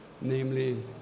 namely